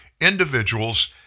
individuals